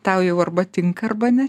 tau jau arba tinka arba ne